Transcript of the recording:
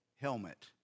helmet